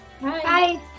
Bye